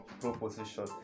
proposition